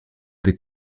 des